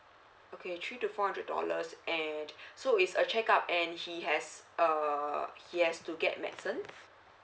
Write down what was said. okay three to four hundred dollars and so is a check up and he has err he has to get medicine